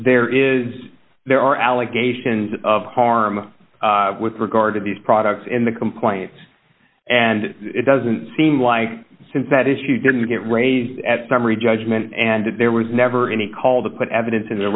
there is there are allegations of harm with regard to these products in the complaint and it doesn't seem like since that is you didn't get raised at summary judgment and there was never any call to put evidence in the